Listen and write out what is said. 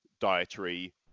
dietary